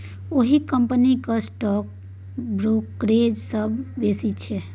ओहि कंपनीक stock brokerage सबसँ बेसी छै